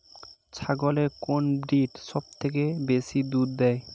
ছাগলের কোন ব্রিড সবথেকে বেশি দুধ দেয়?